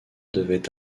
devait